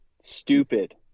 Stupid